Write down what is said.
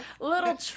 Little